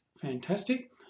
fantastic